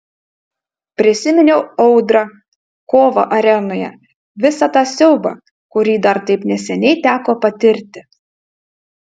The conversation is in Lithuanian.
prisiminiau audrą kovą arenoje visą tą siaubą kurį dar taip neseniai teko patirti